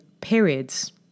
periods